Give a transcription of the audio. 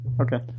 Okay